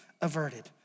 averted